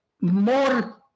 more